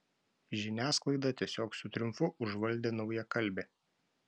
žiniasklaidą tiesiog su triumfu užvaldė naujakalbė